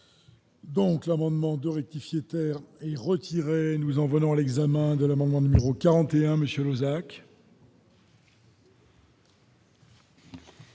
Donc l'amendement de rectifier, terre et retiré nous en venons à l'examen de l'amendement numéro 41 monsieur